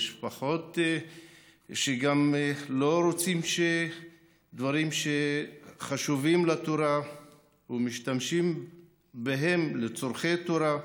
יש גם מי שלא רוצים שדברים שחשובים לתורה ומשתמשים בהם לצורכי תורה,